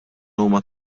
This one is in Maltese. huma